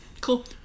Cool